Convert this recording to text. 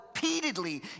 repeatedly